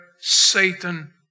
Satan